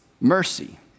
mercy